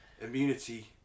immunity